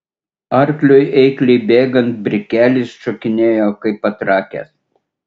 arkliui eikliai bėgant brikelis šokinėjo kaip patrakęs